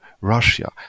Russia